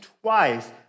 twice